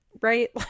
right